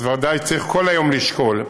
אז ודאי צריך כל היום לשקול.